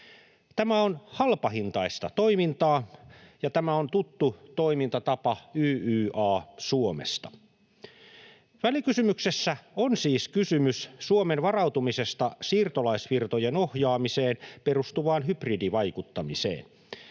Tämä on halpahintaista toimintaa, ja tämä on tuttu toimintatapa YYA-Suomesta. Välikysymyksessä on siis kysymys Suomen varautumisesta siirtolaisvirtojen ohjaamiseen perustuvaan hybridivaikuttamiseen.